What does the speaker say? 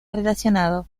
relacionado